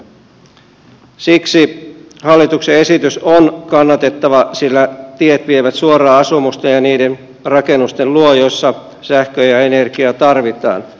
siksi hallituksen esitys on kannatettava sillä tiet vievät suoraan asumusten ja niiden rakennusten luo joissa sähköä ja energiaa tarvitaan